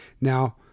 now